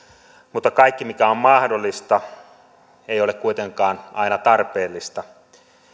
mutta kaikki mikä on mahdollista ei ole kuitenkaan aina tarpeellista